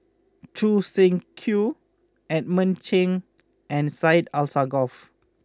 Choo Seng Quee Edmund Cheng and Syed Alsagoff